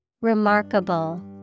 Remarkable